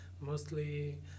mostly